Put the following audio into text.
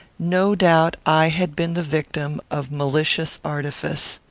no doubt i had been the victim of malicious artifice.